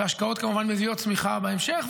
והשקעות כמובן מביאות צמיחה בהמשך,